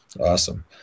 Awesome